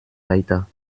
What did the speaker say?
weiter